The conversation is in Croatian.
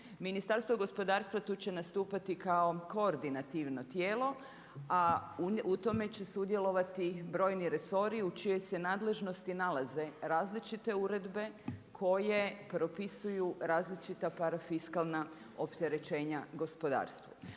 Ministarstvo gospodarstva tu će nastupati kao koordinativno tijelo, a u tome će sudjelovati brojni resori u čijoj se nadležnosti nalaze različite uredbe koje propisuju različita parafiskalna opterećenja gospodarstvu.